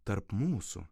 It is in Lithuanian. tarp mūsų